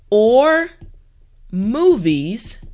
or movies